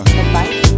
advice